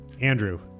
Andrew